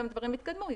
גם דברים יתקדמו,